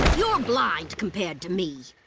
you're blind compared to me.